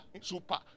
super